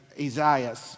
Isaiah